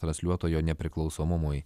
transliuotojo nepriklausomumui